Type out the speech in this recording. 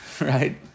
Right